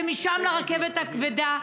ומשם לרכבת הכבדה,